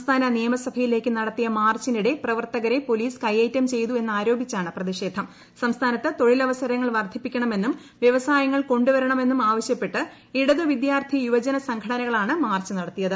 സംസ്ഥാന നിയമസഭയിലേക്ക് നടത്തിയ പൊലീസ് മാർച്ചിനിടെ കയ്യേറ്റം ചെയ്തുവെന്നാരോപിച്ചാണ് തൊഴിലവസരങ്ങൾ വർദ്ധിപ്പിക്കണമെന്നും വ്യവസായങ്ങൾ കൊണ്ടുവരണമെന്നും ആവശ്യപ്പെട്ട് ഇടതു വിദ്യാർത്ഥി യുവജന സംഘടനകളാണ് മാർച്ച് നടത്തിയത്